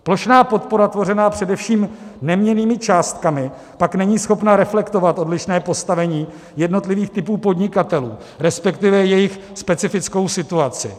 Plošná podpora tvořená především neměnnými částkami pak není schopna reflektovat odlišné postavení jednotlivých typů podnikatelů, respektive jejich specifickou situaci.